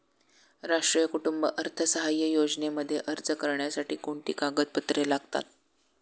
राष्ट्रीय कुटुंब अर्थसहाय्य योजनेमध्ये अर्ज करण्यासाठी कोणती कागदपत्रे लागतात?